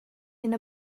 hyn